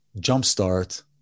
jumpstart